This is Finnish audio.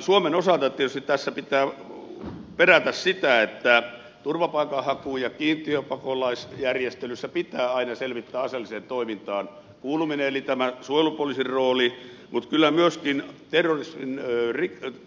suomen osalta tietysti tässä pitää perätä sitä että turvapaikanhaku ja kiintiöpakolaisjärjestelyssä pitää aina selvittää aseelliseen toimintaan kuuluminen eli on tämä suojelupoliisin rooli mutta kyllä myöskin